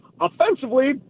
Offensively